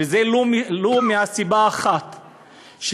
ולו מסיבה אחת,